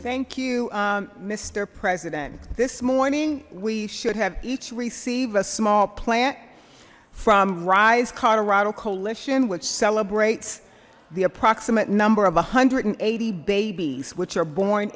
thank you mister president this morning we should have each receive a small plant from rise colorado coalition which celebrates the approximate number of a hundred and eighty babies which are born